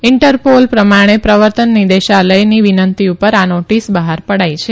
Interpol પ્રમાણે પ્રવર્તન નિદેશાલયની વિનંતી પર આ નોટીસ બહાર પડાઈ છે